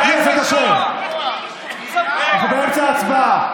חבר הכנסת אשר, אנחנו באמצע הצבעה.